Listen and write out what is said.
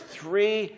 three